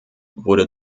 wurde